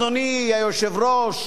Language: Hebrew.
אדוני היושב-ראש,